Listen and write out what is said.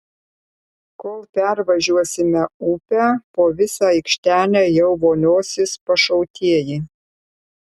kol pervažiuosime upę po visą aikštelę jau voliosis pašautieji